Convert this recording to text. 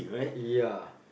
ya